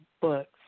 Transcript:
books